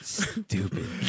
stupid